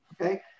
okay